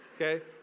okay